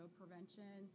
prevention